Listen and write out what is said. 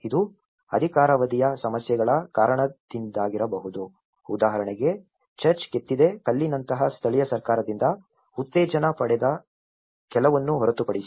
ಇದು ಅಧಿಕಾರಾವಧಿಯ ಸಮಸ್ಯೆಗಳ ಕಾರಣದಿಂದಾಗಿರಬಹುದು ಉದಾಹರಣೆಗೆ ಚರ್ಚ್ ಕೆತ್ತಿದ ಕಲ್ಲಿನಂತಹ ಸ್ಥಳೀಯ ಸರ್ಕಾರದಿಂದ ಉತ್ತೇಜನ ಪಡೆದ ಕೆಲವನ್ನು ಹೊರತುಪಡಿಸಿ